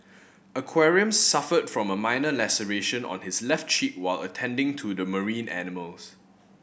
aquarium suffered from a minor laceration on his left cheek while attending to the marine animals